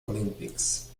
olympics